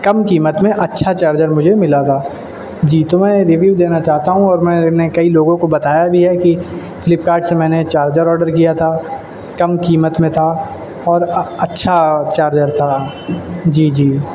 کم قیمت میں اچھا چارجر مجھے ملا تھا جی تو میں ریویو دینا چاہتا ہوں اور میں نے کئی لوگوں کو بتایا بھی ہے کہ فلپکارٹ سے میں نے چارجر آڈر کیا تھا کم قیمت میں تھا اور اچھا چارجر تھا جی جی